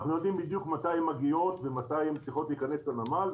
אנחנו יודעים בדיוק מתי הן מגיעות ומתי הן צריכות להיכנס לנמל,